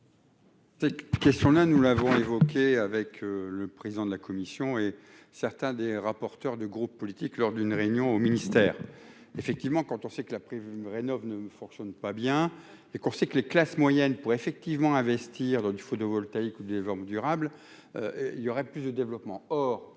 Cette question là, nous l'avons évoqué avec le président de la commission et certains des rapporteurs de groupes politiques, lors d'une réunion au ministère effectivement quand on sait que la prévenue ne rénovent ne fonctionne pas bien les, on sait que les classes moyennes pour effectivement investir dans du photovoltaïque ou d'une forme durable il y aurait plus de développement,